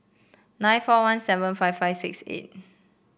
nine four one seven five five six eight